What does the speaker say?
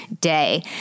day